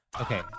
okay